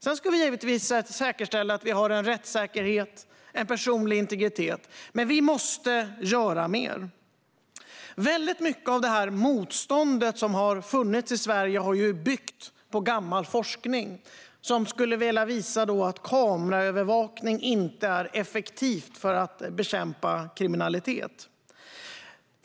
Vi ska givetvis säkerställa rättssäkerhet och personlig integritet, men vi måste göra mer. Väldigt mycket av det motstånd som har funnits i Sverige har byggt på gammal forskning, som skulle visa att kameraövervakning inte är effektivt för att bekämpa kriminalitet.